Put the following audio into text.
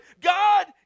God